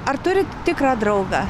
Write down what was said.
ar turit tikrą draugą